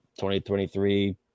2023